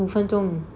五分钟